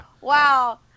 wow